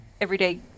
everyday